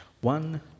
One